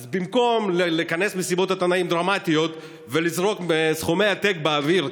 אז במקום לכנס מסיבות עיתונאים דרמטיות ולזרוק סכומי עתק באוויר,